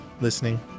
listening